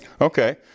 Okay